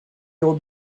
old